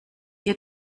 ihr